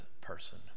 person